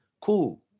cool